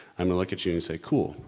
i'm gonna look at you and say cool,